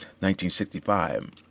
1965